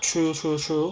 true true true